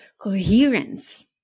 coherence